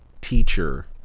teacher